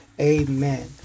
Amen